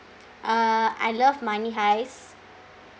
uh I love money heist